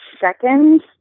second